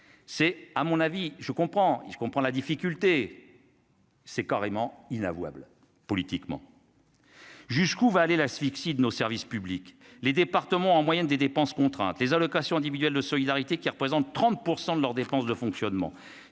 c'est à mon avis, je comprends et je comprends la difficulté, c'est carrément inavouable, politiquement. Jusqu'où va aller l'asphyxie de nos services publics, les départements en moyenne des dépenses contraintes les allocations individuelles de solidarité qui représente 30 % de leurs dépenses de fonctionnement